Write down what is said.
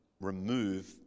remove